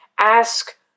ask